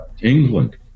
England